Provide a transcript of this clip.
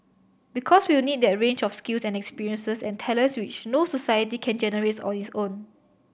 because we'll need that range of skills and experiences and talents which no society can generate on its own